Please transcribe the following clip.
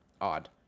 odd